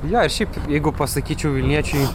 jo ir šiaip jeigu pasakyčiau vilniečiui